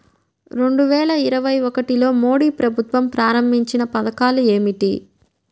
రెండు వేల ఇరవై ఒకటిలో మోడీ ప్రభుత్వం ప్రారంభించిన పథకాలు ఏమిటీ?